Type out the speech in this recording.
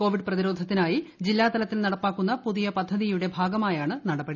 Covid പ്രതിരോധത്തിനായി ജില്ലാതലത്തിൽ ക്ര നടപ്പാക്കുന്ന പുതിയ പദ്ധതിയുടെ ന്റെട്പടി